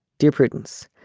dear prudence.